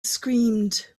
screamed